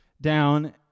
down